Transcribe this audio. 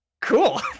cool